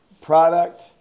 product